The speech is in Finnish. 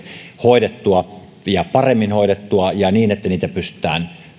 hoidettua ja paremmin hoidettua ja niin että niitä pystytään myös